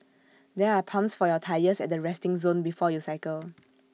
there are pumps for your tyres at the resting zone before you cycle